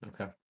Okay